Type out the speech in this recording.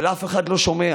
אבל אף אחד לא שומע.